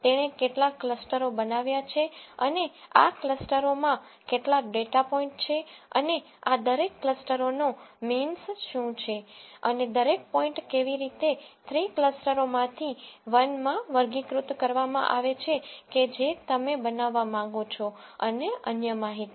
તેણે કેટલા ક્લસ્ટરો બનાવ્યાં છે અને આ ક્લસ્ટરોમાં કેટલા ડેટા પોઇન્ટ છે અને આ દરેક ક્લસ્ટરોનો મીન્સ શું છે અને દરેક પોઇન્ટ કેવી રીતે 3 ક્લસ્ટરોમાંથી 1 માં વર્ગીકૃત કરવામાં આવે છે કે જે તમે બનાવવા માંગો છો અને અન્ય માહિતી